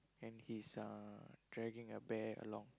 and he's uh dragging a bear along